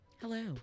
Hello